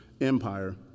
empire